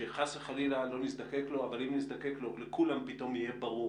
שחס וחלילה לא נזדקק לו אבל אם נזדקק לו לכולם פתאום יהיה ברור